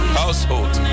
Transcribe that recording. household